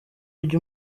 ujye